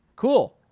cool.